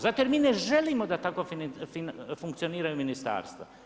Zato jer mi ne želim da tako funkcioniraju ministarstva.